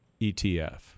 ETF